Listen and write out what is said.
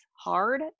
hard